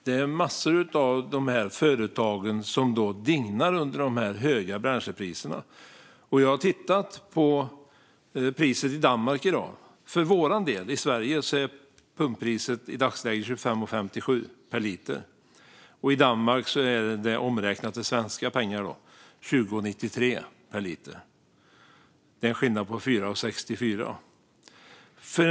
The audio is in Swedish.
Det är massor av företag som dignar under de höga bränslepriserna. Jag har tittat på priset i Danmark i dag. För vår del i Sverige är pumppriset i dagsläget 25,57 kronor per liter. I Danmark är det omräknat till svenska pengar 20,93 kronor per liter. Det är en skillnad på 4,64 kronor.